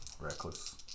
Reckless